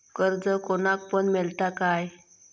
कर्ज कोणाक पण मेलता काय?